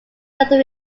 further